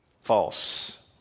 false